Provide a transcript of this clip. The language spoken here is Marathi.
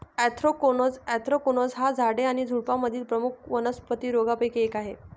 अँथ्रॅकनोज अँथ्रॅकनोज हा झाडे आणि झुडुपांमधील प्रमुख वनस्पती रोगांपैकी एक आहे